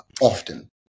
often